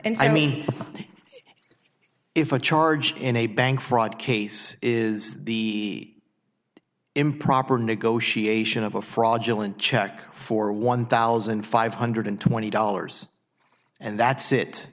and i mean if a charge in a bank fraud case is the improper negotiation of a fraudulent check for one thousand five hundred twenty dollars and that's it